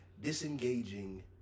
disengaging